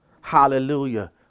hallelujah